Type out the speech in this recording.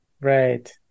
right